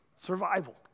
Survival